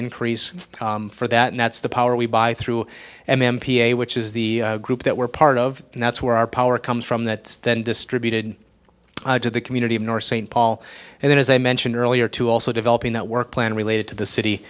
increase for that and that's the power we buy through and m p a which is the group that we're part of and that's where our power comes from that then distributed to the community of north st paul and then as i mentioned earlier to also developing that work plan related to the